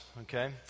okay